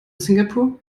singapore